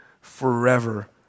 forever